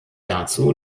dazu